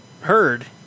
heard